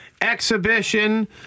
Exhibition